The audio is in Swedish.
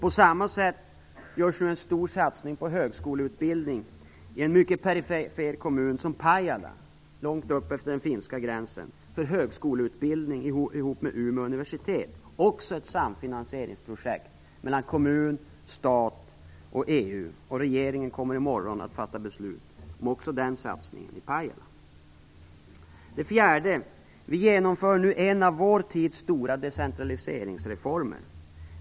På samma sätt görs nu en stor satsning i en mycket perifer kommun som Pajala, långt uppe utefter den finska gränsen, för högskoleutbildning tillsammans med Umeå universitet. Också detta är ett samfinansieringsprojekt mellan kommun, stat och EU. Regeringen kommer i morgon att fatta beslut också om denna satsning i Pajala. För det fjärde genomför vi nu en av vår tids stora decentraliseringsreformer.